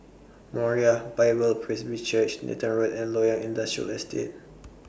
Moriah Bible Presby Church Nathan Road and Loyang Industrial Estate